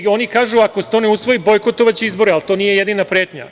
Oni kažu da ako se to ne usvoji da će bojkotovati izbore, ali to nije jedina pretnja.